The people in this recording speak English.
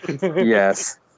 Yes